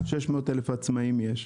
יש 600 אלף עצמאים.